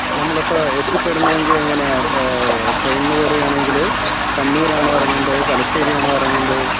നമ്മളപ്പോൾ എത്തിപ്പെടുന്നതെങ്കിൽ എങ്ങനെയാ ട്രെയിനിന് വരുകയാണെങ്കിൽ കണ്ണൂരാണോ ഇറങ്ങേണ്ടത് തലശ്ശേരി ആണോ ഇറങ്ങേണ്ടത്